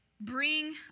bring